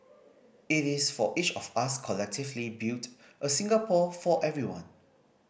it is for each of us collectively build a Singapore for everyone